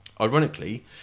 ironically